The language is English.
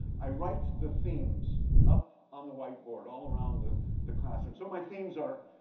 i write the themes up on the whiteboard all around the the classroom. so my themes are